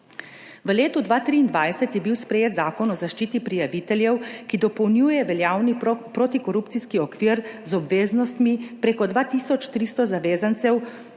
V letu 2023 je bil sprejet zakon o zaščiti prijaviteljev, ki dopolnjuje veljavni protikorupcijski okvir z obveznostmi preko 2 tisoč 300 zavezancev